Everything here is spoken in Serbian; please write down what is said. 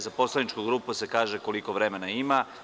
Za poslaničku grupu se kaže koliko vremena ima.